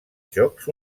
jocs